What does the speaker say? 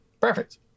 Perfect